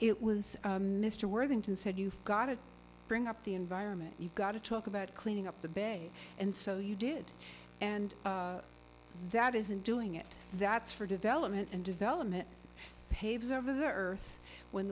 it was mr worthington said you've got to bring up the environment you've got to talk about cleaning up the bay and so you did and that isn't doing it that's for development and development paves over the earth when